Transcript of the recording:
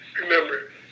remember